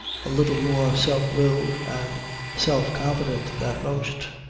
a little more self-willed and self-confident than most,